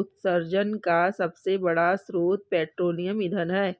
उत्सर्जन का सबसे बड़ा स्रोत पेट्रोलियम ईंधन है